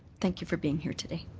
thank you for being here today.